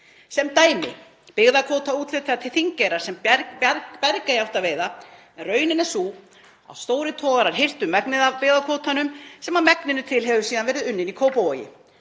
Sem dæmi: Byggðakvóta var úthlutað til Þingeyrar sem Bergey átti að veiða, en raunin er sú að stórir togarar hirtu megnið af byggðakvótanum sem að megninu til hefur síðan verið unninn í Kópavogi.